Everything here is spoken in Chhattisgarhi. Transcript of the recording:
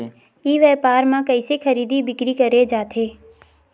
ई व्यापार म कइसे खरीदी बिक्री करे जाथे?